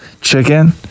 Chicken